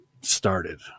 started